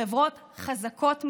חברות חזקות מדי,